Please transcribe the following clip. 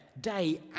day